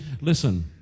Listen